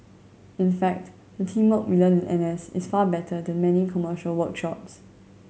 in fact the teamwork we learn in N S is far better than many commercial workshops